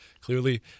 clearly